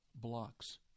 blocks